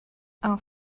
are